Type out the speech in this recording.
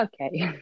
okay